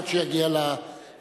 עד שהוא יגיע למיקרופון,